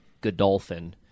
Godolphin